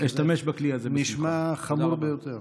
נשמע חמור ביותר.